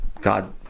God